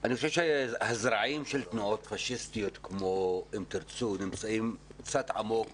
אני חושב שהזרעים של תנועות פשיסטיות כמו "אם תרצו" נמצאים עמוק